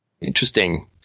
Interesting